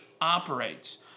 operates